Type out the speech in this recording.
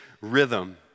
rhythm